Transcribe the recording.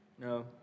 No